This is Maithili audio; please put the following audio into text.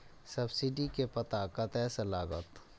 सब्सीडी के पता कतय से लागत?